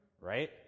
Right